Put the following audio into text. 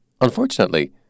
Unfortunately